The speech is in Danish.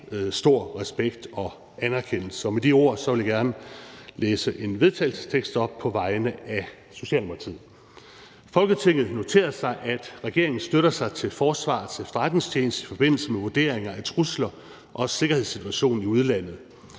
stor respekt og anerkendelse. Og med de ord vil jeg gerne læse en vedtagelsestekst op på vegne af Socialdemokratiet: Forslag til vedtagelse »Folketinget noterer sig, at regeringen støtter sig til Forsvarets Efterretningstjeneste i forbindelse med vurderinger af trusler og sikkerhedssituationen i udlandet.